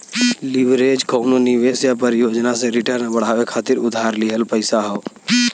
leverage कउनो निवेश या परियोजना से रिटर्न बढ़ावे खातिर उधार लिहल पइसा हौ